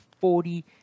forty